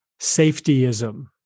safetyism